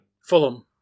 Fulham